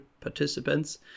participants